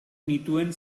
nituen